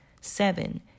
Seven